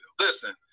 Listen